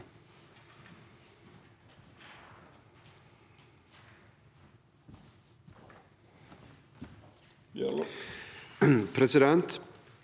Presidenten